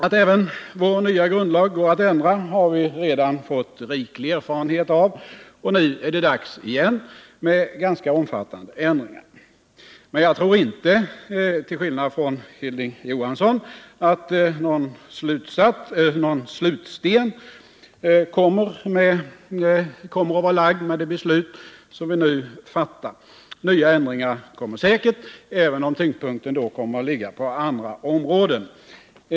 Att även vår nya grundlag går att ändra har vi redan fått riklig erfarenhet av, och nu är det dags igen med ganska omfattande ändringar. Men jag tror inte, till skillnad från Hilding Johansson, att någon slutsten kommer att vara lagd med det beslut vi nu fattar. Nya ändringar kommer säkert, även om tyngdpunkten då kommer att ligga på andra områden.